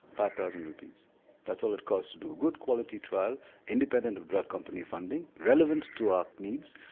five thousand rupees that's all it cost to do a good quality trial independent of drug company funding relevant to our needs,